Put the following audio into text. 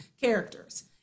characters